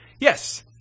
Yes